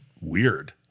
weird